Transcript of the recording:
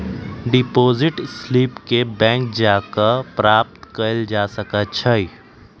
deposit slip के bank जा कऽ प्राप्त कएल जा सकइ छइ